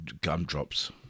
gumdrops